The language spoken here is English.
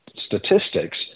statistics